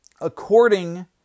according